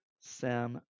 Sam